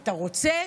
אתה רוצה